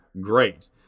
great